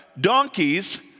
donkeys